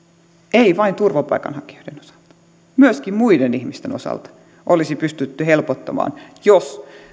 ei vain turvapaikanhakijoiden osalta myöskin muiden ihmisten osalta olisi pystytty helpottamaan jos